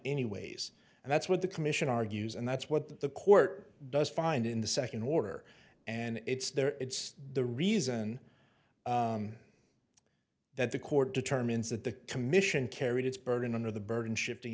anyways and that's what the commission argues and that's what the court does find in the second order and it's there it's the reason that the court determines that the commission carried its burden under the burden shifting